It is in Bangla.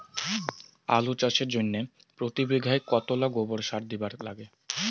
আলু চাষের জইন্যে প্রতি বিঘায় কতোলা গোবর সার দিবার লাগে?